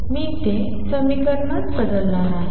मी ते समीकरणात बदलणार आहे